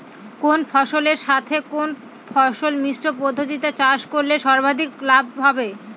কোন ফসলের সাথে কোন ফসল মিশ্র পদ্ধতিতে চাষ করলে সর্বাধিক লাভ হবে?